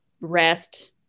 rest